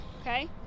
okay